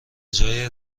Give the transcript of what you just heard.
جای